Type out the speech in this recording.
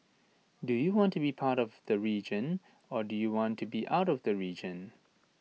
do you want to be part of the region or do you want to be out of the region